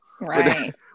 Right